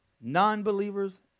non-believers